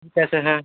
ঠিক আছে হ্যাঁ